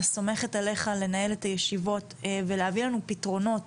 אני סומכת עליך לנהל את הישיבות ולהביא לנו פתרונות